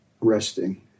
resting